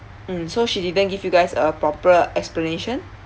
mm so she didn't give you guys a proper explanation